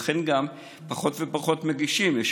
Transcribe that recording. לכן גם פחות ופחות מגישים תלונה.